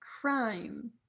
crime